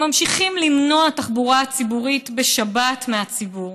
ממשיכים למנוע תחבורה ציבורית בשבת מהציבור,